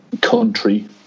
country